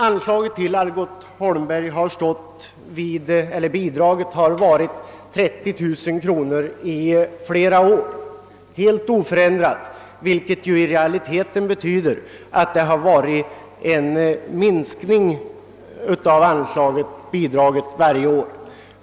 Bidraget till Algot Holmberg och Söner har varit oförändrat 30 000 kronor i flera år, vilket ju i realiteten betyder att bidraget har minskat varje år.